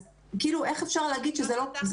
אז איך אפשר להגיד שזה לא קשור.